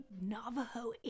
navajo